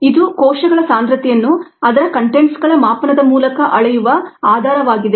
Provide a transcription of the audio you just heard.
ಇದು ಕೋಶಗಳ ಸಾಂದ್ರತೆಯನ್ನು ಅದರ ಕಂಟೆಂಟ್ಸಗಳ ಮಾಪನದ ಮೂಲಕ ಅಳೆಯಲು ಆಧಾರವಾಗಿದೆ